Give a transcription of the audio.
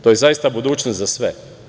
To je zaista budućnost za sve.